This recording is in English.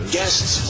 guests